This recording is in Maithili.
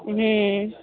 हूँ